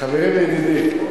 חברי וידידי,